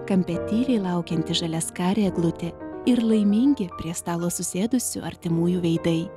kampe tyliai laukianti žaliaskarė eglutė ir laimingi prie stalo susėdusių artimųjų veidai